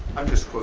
i'm just